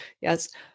Yes